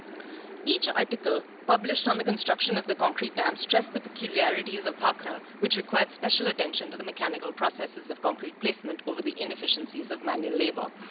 each article published on the construction of the concrete dam, stressed the peculiarities of bhakra, which required special attention to the mechanical processes of concrete placement over the inefficiencies of manual labor.